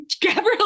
gabriel